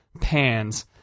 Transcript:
pans